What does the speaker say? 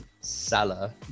Salah